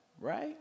right